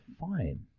fine